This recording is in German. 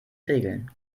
regeln